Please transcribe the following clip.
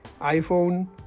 iPhone